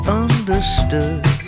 understood